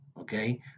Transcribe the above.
Okay